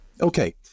Okay